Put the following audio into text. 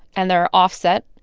and they're offset.